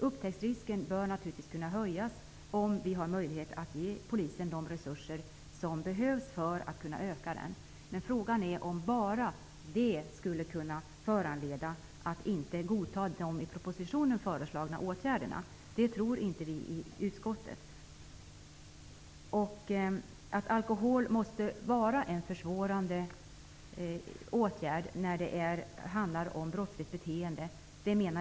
Upptäcktsrisken bör naturligtvis kunna ökas om vi har möjlighet att ge polisen de resurser som man behöver för att kunna öka den, men frågan är om bara det skulle kunna föranleda oss att inte godta de i propositionen föreslagna åtgärderna. Det tror inte vi i utskottet. Vi i utskottet menar att det är viktigt att poängtera att alkohol måste vara en försvårande faktor när det handlar om brottsligt beteende.